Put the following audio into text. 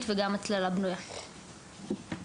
בבקשה.